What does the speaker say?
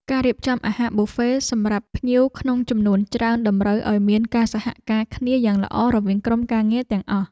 ការរៀបចំអាហារប៊ូហ្វេសម្រាប់ភ្ញៀវក្នុងចំនួនច្រើនតម្រូវឱ្យមានការសហការគ្នាយ៉ាងល្អរវាងក្រុមការងារទាំងអស់។